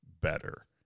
better